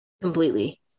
completely